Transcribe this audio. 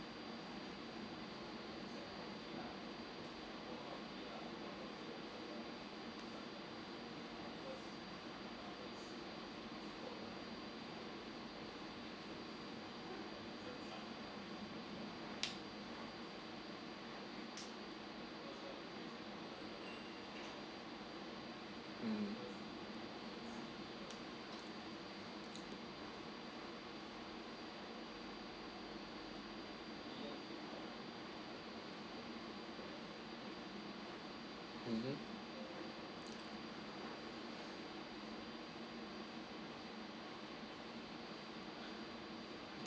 mm mmhmm